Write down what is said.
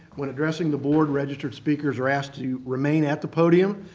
when addressing the board, registered speakers are asked to remain at the podium,